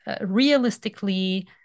realistically